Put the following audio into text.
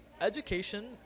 education